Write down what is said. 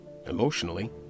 emotionally